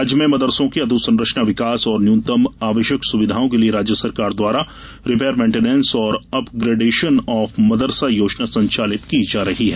राज्य में मदरसों के अधोसंरचना विकास और न्यूनतम आवश्यक सुविधाओं के लिये राज्य सरकार द्वारा रिपेयरमेंटेनेंस और अपग्रेडेशन आफ मदरसा योजना संचालित की जा रही है